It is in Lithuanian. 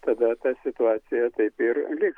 tada ta situacija taip ir liks